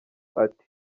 ati